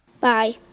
Bye